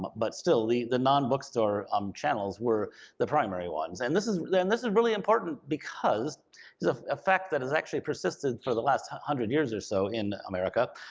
but still, the the non bookstore um channels were the primary ones, and this is yeah and this is really important because it's a fact that has actually persisted for the last hundred years or so in america.